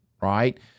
right